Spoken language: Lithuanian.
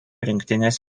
rinktinės